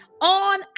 on